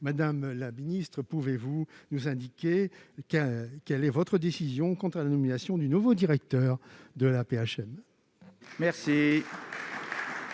Madame la ministre, pouvez-vous nous indiquer quelle est votre décision quant à la nomination du nouveau directeur de l'AP-HM ? La